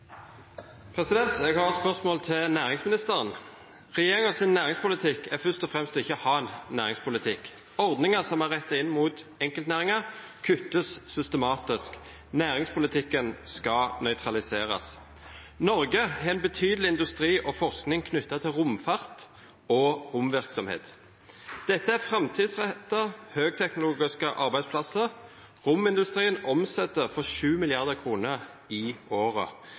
hovedspørsmål. Eg har eit spørsmål til næringsministeren. Regjeringa sin næringspolitikk er først og fremst ikkje å ha ein næringspolitikk. Ordningar som er retta inn mot enkeltnæringar, vert systematisk kutta, næringspolitikken skal nøytraliserast. Noreg har ein betydeleg industri og forsking knytt til romfart og romverksemd. Dette er framtidsretta høgteknologiske arbeidsplassar. Romindustrien omset for 7 mrd. kr i året.